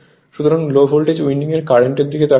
সুতরাং low voltage winding এর কারেন্টের দিকে তাকান